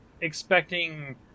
expecting